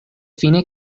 fine